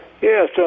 Yes